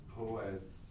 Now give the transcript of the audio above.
poets